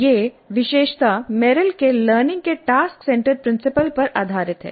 यह विशेषता मेरिल के लर्निंग के टास्क सेंटर्ड प्रिंसिपल पर आधारित है